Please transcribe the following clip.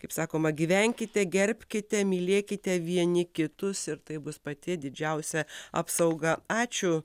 kaip sakoma gyvenkite gerbkite mylėkite vieni kitus ir tai bus pati didžiausia apsauga ačiū